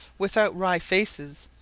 without wry faces,